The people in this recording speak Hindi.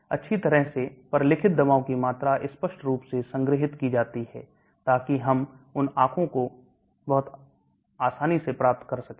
अच्छी तरह से पर लिखित दवाओं की मात्रा स्पष्ट रूप से संग्रहित की जाती है ताकि हम उन आंखों को बहुत आसानी से प्राप्त करा सकें